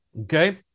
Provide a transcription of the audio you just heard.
Okay